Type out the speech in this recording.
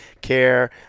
care